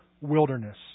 wilderness